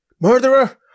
Murderer